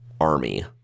army